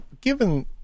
Given